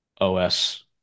OS